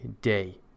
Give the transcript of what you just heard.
day